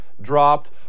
dropped